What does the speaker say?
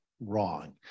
wrong